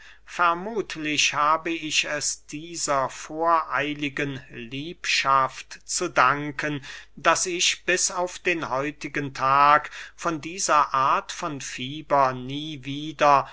vermuthlich habe ich es dieser voreiligen liebschaft zu danken daß ich bis auf den heutigen tag von dieser art von fieber nie wieder